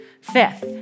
Fifth